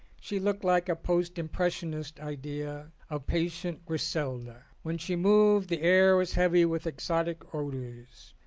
she looked like a post-impressionist's idea of patient griselda. when she moved the air was heavy with exotic odours.